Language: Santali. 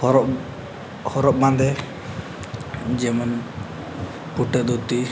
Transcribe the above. ᱦᱚᱨᱚᱜ ᱦᱚᱨᱚᱜ ᱵᱟᱸᱫᱮ ᱡᱮᱢᱚᱱ ᱯᱷᱩᱴᱟᱹ ᱫᱷᱩᱛᱤ